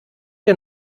der